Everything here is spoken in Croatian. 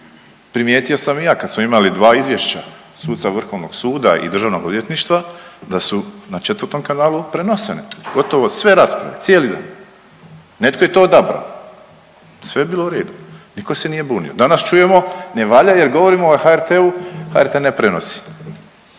Primijetio sam i ja kada smo imali dva izvješća – suca Vrhovnog suda i Državnog odvjetništva da su na 4. kanalu prenošene gotovo sve rasprave, cijeli, netko je to odabrao. Sve je bilo u redu. Nitko se nije bunio. Danas čujemo ne valja jer govorimo o HRT-u, HRT-e ne prenosi.